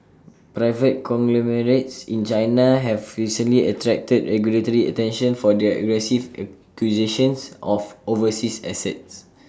private conglomerates in China have recently attracted regulatory attention for their aggressive acquisitions of overseas assets